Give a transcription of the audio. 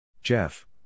Jeff